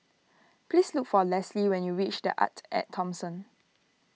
please look for Lesli when you reach the Arte at Thomson